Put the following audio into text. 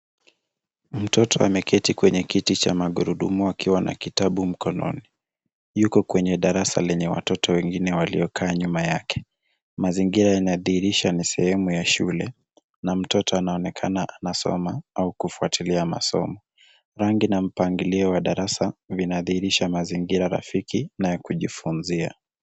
Mtoto ameketi kwenye kiti cha magurudumu akiwa na kitabu mkononi. Yuko kwenye darasa lenye watoto wengine waliokaa nyuma yake. Mazingira yanadhihirisha ni sehemu ya shule na mtoto anaonekana anasoma au kufuatilia masomo. Rangi na mpangilio wa darasa vinadhihirisha mazingira rafiki na ya kujifunzia.